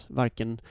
varken